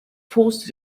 forced